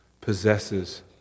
possesses